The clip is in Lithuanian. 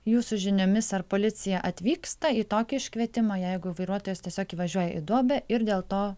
jūsų žiniomis ar policija atvyksta į tokį iškvietimą jeigu vairuotojas tiesiog įvažiuoja į duobę ir dėl to